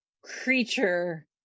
creature